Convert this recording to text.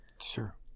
Sure